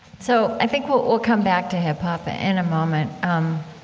so, i think we'll we'll come back to hip hop ah in a moment. um,